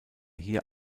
hier